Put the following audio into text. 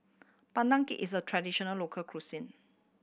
Pandan Cake is a traditional local cuisine